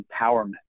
empowerment